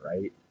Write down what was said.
right